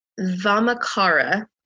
Vamakara